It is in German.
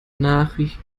nachricht